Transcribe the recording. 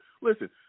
listen